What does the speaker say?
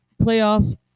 playoff